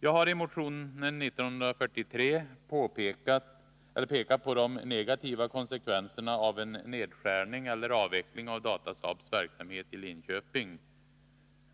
Jag har i motion 1943 pekat på de negativa konsekvenserna av en nedskärning eller avveckling av Datasaabs verksamhet i Linköping.